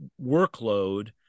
workload